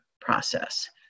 process